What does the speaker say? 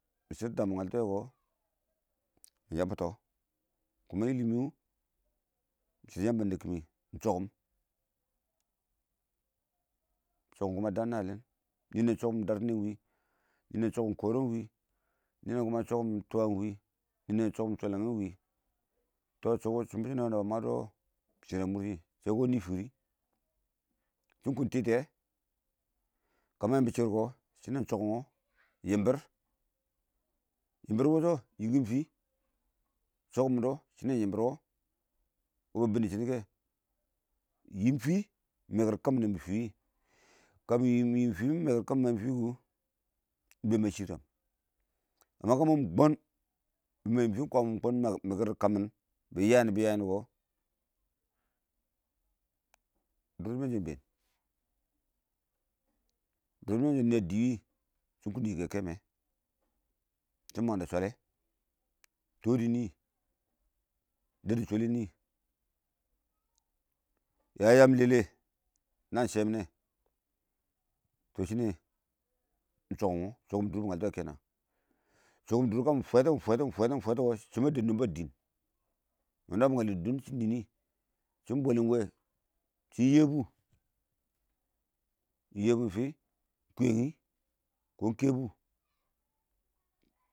mɪ shərtʊ təmɪ ngəltʊ wɛ kɔ kɪ yəbtɔ shɪdɔ yəmbə ə nɛ bʊ kɪm mɪ ɪng chʊngʊm-chʊngʊm wʊ dɪ dəən nə yɪlɪn nɪnə ɪng chʊrgʊm dərshɪnɛ wɪɪn shwələngɛ ɪng wɪɪ nɪnə chʊrgʊn tʊwə ɪng wɪ tɔ shɪm bʊ shʊ nɛ wɔ nabba mang dʊ shɪrr a mʊr shɪ shɛ dɛ wini fɪrɪ shɪn kʊn titiyɔ kə mə yɪmbɔ shɪrr kɔ shɪnɛ ɪng chʊngʊn, yɪmbɪr-yɪmbɪr wɔ ɪng wʊshɔ ɪng yɪmkɪn tɪ yɪmbɪr wɔ ɪng chʊngʊm wɔ wɪbə bɪddɪ shɔ nɪkɛ fənkʊwɪ fɪ ɪng məkɪr kəmɪn ə yɪmbʊ fɪ wɪɪ kəmɪ yɪm fɪ mɪ mɛ kɪr kəm mɪn ə yɪmbʊ fɪ wɪ kʊ mə shɪrəm kəshɪ mɔ mɪ kwən mɪyim fɪ mɪ nəmə mɛkɪr dɔ kəm mɪn kɔ mɪ bɪ yɔ nɔnɪ bɪ yɔnɪ kɔ dʊr mɪn shɪn bɛɛn dʊr mɪn shɪn ɪng nə nɪyɛ dɪɪ wɪɪ dɪn məng dɛ shwəlɛ tɔɔ dɪ nɪ dɛddi shwəln yə yəəm lɛ lɛ nəən shɪ mɪnɛ ɪng chʊngʊm dʊr wɔ chʊngʊm dʊr kəmɪ fwətɔ mɪ fwətɔ kɔ shɛ mə dɛm ləmbə dɪɪn mə nwə bɪ ngəltʊ nɪɪ shɪn bwɛlɪn wɛ shɪn yɛbʊ ɪng yɛbʊn fɪ ɪng yɛbʊn kʊyɛngɪ kʊn kɛbʊ.